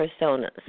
personas